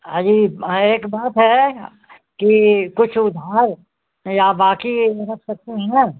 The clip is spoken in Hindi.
अरी एक बात है कि कुछ उधार या बाकी रख सकते हैं न